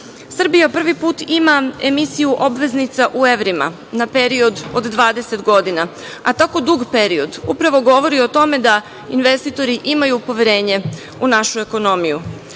prvi put ima emisiju obveznica u evrima na period od 20 godina, a tako dug period upravo govori o tome da investitori imaju poverenje u našu ekonomiju.